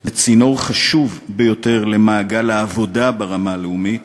זה צינור חשוב ביותר למעגל העבודה ברמה הלאומית,